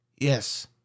Yes